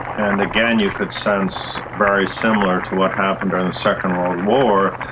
and again you could sense very similar to what happened during the second world war,